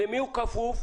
למי הוא כפוף?